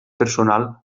personal